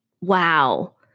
Wow